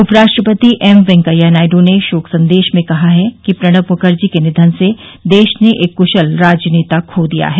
उपराष्ट्रपति एम वेंकैया नायडू ने शोक संदेश में कहा है कि प्रणब मुखर्जी के निधन से देश ने एक कुशल राजनेता खो दिया है